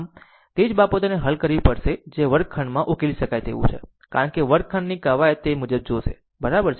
આમ ફક્ત તે જ બાબતોને હલ કરવી પડશે જે વર્ગખંડમાં ઉકેલી શકાય તેવું હોઈ શકે છે કારણ કે વર્ગખંડની કવાયત તે મુજબ જોશે બરાબર છે